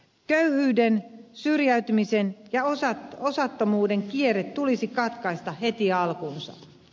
köyhyyden syrjäytymisen ja osattomuuden kierre tulisi katkaista heti alkunsa